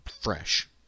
fresh